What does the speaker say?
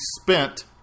spent